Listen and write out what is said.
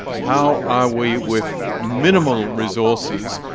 how are we, with minimal resources,